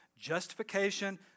Justification